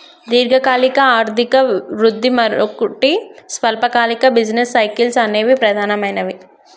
దీర్ఘకాలిక ఆర్థిక వృద్ధి, మరోటి స్వల్పకాలిక బిజినెస్ సైకిల్స్ అనేవి ప్రధానమైనవి